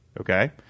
okay